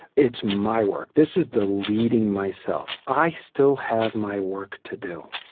it's my work. this is the leading myself. i still have my work to do.